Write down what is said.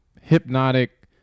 hypnotic